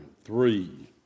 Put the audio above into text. three